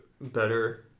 better